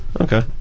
Okay